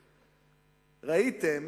הבריאות,